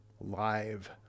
Live